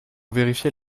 vérifier